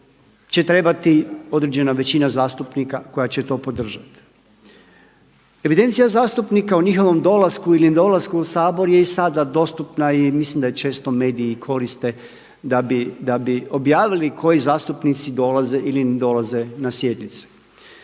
će trebati određena većina zastupnika koja će to podržati. Evidencija zastupnika o njihovom dolasku ili nedolasku u Sabor je i sada dostupna i mislim da je često mediji koriste da bi objavili koji zastupnici dolaze ili ne dolaze na sjednice.